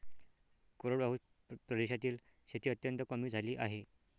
कोरडवाहू प्रदेशातील शेती अत्यंत कमी झाली आहे